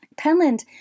Penland